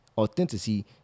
authenticity